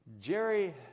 Jerry